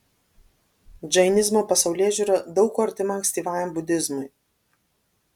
džainizmo pasaulėžiūra daug kuo artima ankstyvajam budizmui